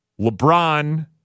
LeBron